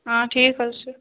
آ ٹھیٖک حظ چھُ